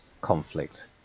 conflict